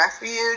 refuge